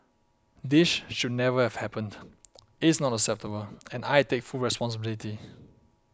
this should never have happened is not acceptable and I take full responsibility